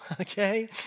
okay